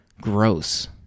gross